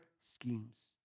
schemes